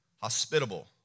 Hospitable